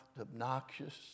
obnoxious